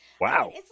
Wow